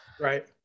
right